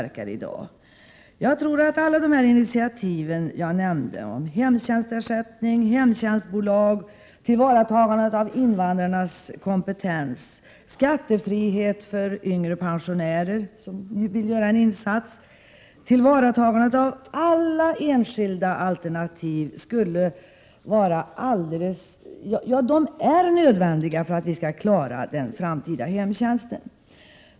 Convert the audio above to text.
Jag tror att tillvaratagande av alla de enskilda initiativ som jag nämnde — hemtjänstersättning, hemtjänstbolag, utnyttjande av invandrarnas kompetens, skattefrihet för yngre pensionärer som vill göra en insats — är nödvändigt för att vi skall klara den framtida hemtjänsten.